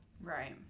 right